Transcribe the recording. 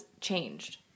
changed